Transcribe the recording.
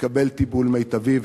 לקבל טיפול מיטבי,